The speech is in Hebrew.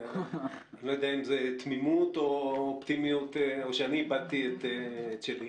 לא יודע אם זה תמימות או שאני איבדתי את שלי.